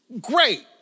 Great